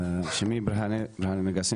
שמי ברהנה נגסי,